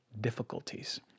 difficulties